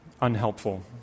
unhelpful